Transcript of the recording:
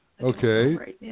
Okay